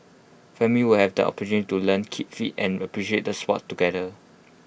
families will have the opportunity to learn keep fit and appreciate the Sport together